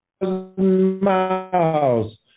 miles